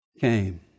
came